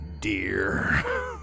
dear